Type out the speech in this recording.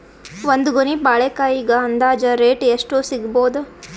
ಒಂದ್ ಗೊನಿ ಬಾಳೆಕಾಯಿಗ ಅಂದಾಜ ರೇಟ್ ಎಷ್ಟು ಸಿಗಬೋದ?